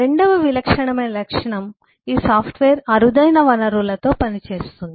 రెండవ విలక్షణమైన లక్షణం ఈ సాఫ్ట్వేర్ అరుదైన వనరులతో పనిచేస్తుంది